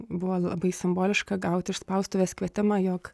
buvo labai simboliška gaut iš spaustuvės kvietimą jog